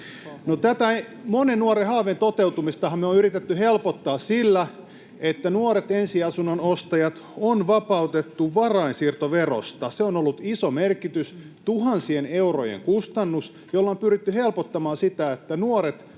tätä monen nuoren haaveen toteutumistahan me on yritetty helpottaa sillä, että nuoret ensiasunnon ostajat on vapautettu varainsiirtoverosta. Sillä on ollut iso merkitys, tuhansien eurojen kustannus, jolla on pyritty helpottamaan sitä, että nuoret